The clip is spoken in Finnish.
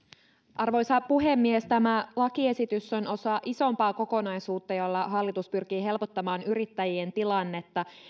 arvoisa puhemies tämä lakiesitys on osa isompaa kokonaisuutta jolla hallitus pyrkii helpottamaan yrittäjien tilannetta